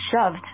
shoved